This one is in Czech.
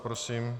Prosím.